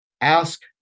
ask